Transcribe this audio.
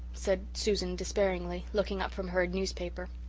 said susan despairingly, looking up from her newspaper,